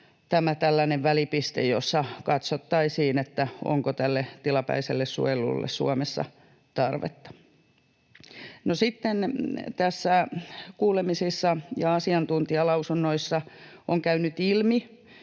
harkinnassa, jossa katsottaisiin, onko tälle tilapäiselle suojelulle Suomessa tarvetta. No, sitten näissä kuulemisissa ja asiantuntijalausunnoissa on käynyt ilmi,